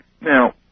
Now